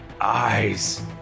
eyes